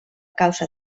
causa